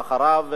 ואחריו,